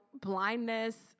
blindness